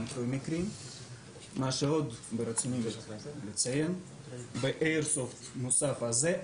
מה שעוד ברצוני לציין: באיירסופט המוסב הזה,